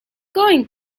going